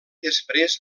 després